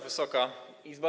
Wysoka Izbo!